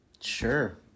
Sure